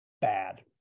bad